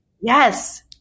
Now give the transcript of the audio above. Yes